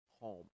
home